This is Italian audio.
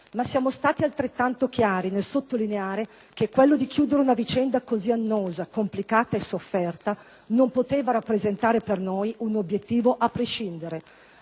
Ma siamo stati altrettanto chiari nel sottolineare che chiudere una vicenda così annosa, complicata e sofferta non poteva rappresentare per noi un obiettivo a prescindere: